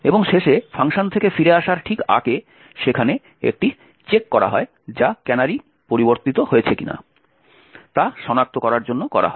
এবং শেষে ফাংশন থেকে ফিরে আসার ঠিক আগে সেখানে একটি চেক করা হয় যা ক্যানারি পরিবর্তিত হয়েছে কিনা তা সনাক্ত করার জন্য করা হয়